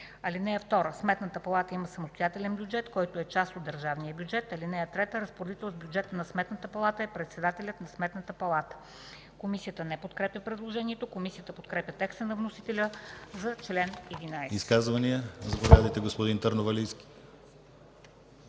година. (2) Сметната палата има самостоятелен бюджет, който е част от държавния бюджет. (3) Разпоредител с бюджета на Сметната палата е председателят на Сметната палата.” Комисията не подкрепя предложението. Комисията подкрепя текста на вносителя за чл. 11. ПРЕДСЕДАТЕЛ ДИМИТЪР ГЛАВЧЕВ: Изказвания? Заповядайте, господин Търновалийски.